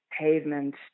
pavement